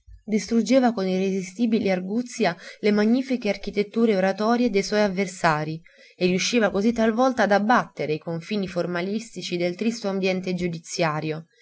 distruggeva con irresistibile arguzia le magnifiche architetture oratorie de suoi avversarii e riusciva così talvolta ad abbattere i confini formalistici del tristo ambiente giudiziario